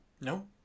No